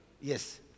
Yes